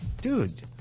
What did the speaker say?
Dude